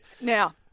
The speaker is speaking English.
Now